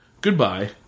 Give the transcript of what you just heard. Goodbye